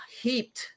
heaped